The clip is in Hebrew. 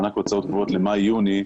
מענק הוצאות קבועות למאי יוני,